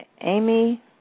Amy